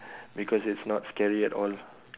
because it's not scary at all